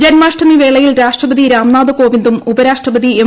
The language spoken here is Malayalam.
ജന്മാഷ്ട്രമി വേളയിൽ രാഷ്ട്രപതി രാംനാഥ് കോവിന്ദും ഉപരാഷ്ട്രപത്യി എം